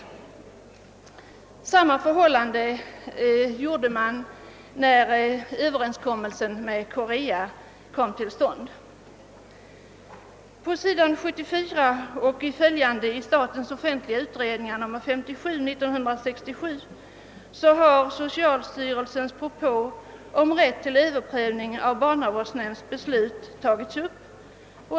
Samma var förhållandet när överenskommelsen med Korea kom till stånd. Såsom framgår av på s. 74 och följande i Statens offentliga utredningar 57:1967 har utredningen tagit upp socialstyrelsens propå om rätt till överprövning av barnavårdsnämnds beslut.